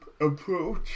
approach